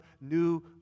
new